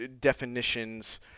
definitions